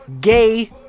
gay